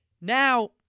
Now